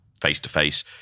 face-to-face